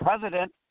president